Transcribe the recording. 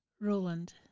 Roland